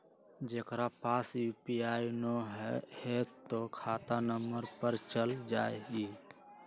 जेकरा पास यू.पी.आई न है त खाता नं पर चल जाह ई?